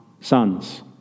sons